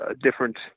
different